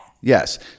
Yes